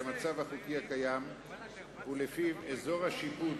את המצב החוקי הקיים שלפיו אזור השיפוט